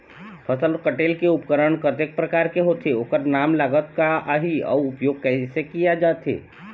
फसल कटेल के उपकरण कतेक प्रकार के होथे ओकर नाम लागत का आही अउ उपयोग कैसे किया जाथे?